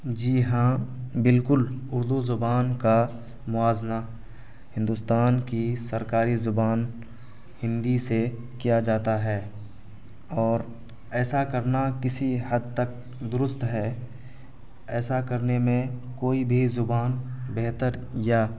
جی ہاں بالکل اردو زبان کا موازنہ ہندوستان کی سرکاری زبان ہندی سے کیا جاتا ہے اور ایسا کرنا کسی حد تک درست ہے ایسا کرنے میں کوئی بھی زبان بہتر یا